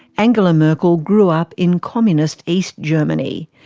angela merkel grew up in communist east germany.